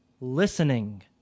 Listening